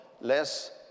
less